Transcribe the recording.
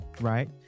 right